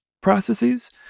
processes